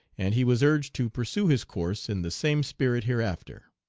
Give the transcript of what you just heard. and he was urged to pursue his course in the same spirit hereafter.